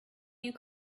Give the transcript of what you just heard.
you